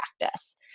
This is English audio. practice